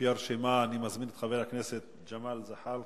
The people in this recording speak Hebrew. לפי הרשימה אני מזמין את חבר הכנסת ג'מאל זחאלקה,